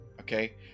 okay